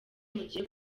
mugiye